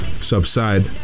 subside